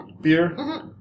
beer